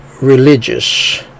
religious